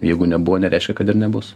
jeigu nebuvo nereiškia kad ir nebus